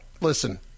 Listen